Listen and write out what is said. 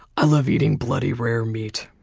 i love eating bloody rare meat.